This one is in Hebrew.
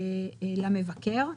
ולהארכה למבקר המדינה.